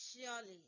surely